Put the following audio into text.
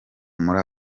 muri